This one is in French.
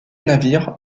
navire